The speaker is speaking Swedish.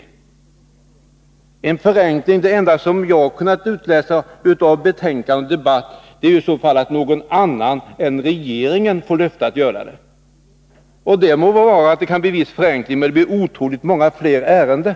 Den enda förenkling som jag har kunnat utläsa av betänkandet och debatten är att någon annan än regeringen får löfte om att göra denna prövning. Det må vara att det kan innebära en viss förenkling, men det blir otroligt många fler ärenden.